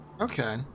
Okay